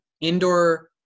indoor